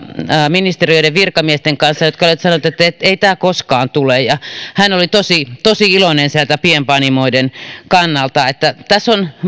ministeriöiden virkamiesten kanssa jotka olivat sanoneet että ei tämä koskaan tule ja hän oli tosi tosi iloinen sieltä pienpanimoiden kannalta tässä on